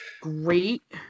Great